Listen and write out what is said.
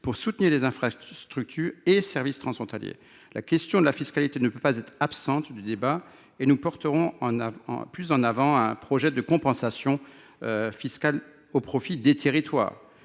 pour soutenir les infrastructures et les services transfrontaliers. La question de la fiscalité ne peut pas être absente du débat. C’est pourquoi nous défendrons un projet de compensation fiscale au profit des territoires.